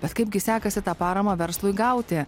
bet kaipgi sekasi tą paramą verslui gauti